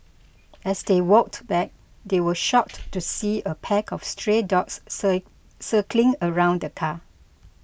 as they walked back they were shocked to see a pack of stray dogs sir circling around the car